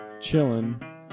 chilling